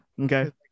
okay